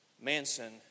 Manson